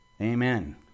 Amen